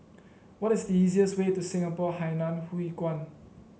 what is the easiest way to Singapore Hainan Hwee Kuan